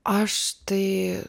aš tai